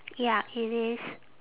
ya it is